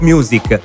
Music